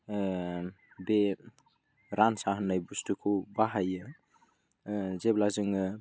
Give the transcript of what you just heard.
बे रानसा होननाय बुस्थुखौ बाहायो जेब्ला जोङो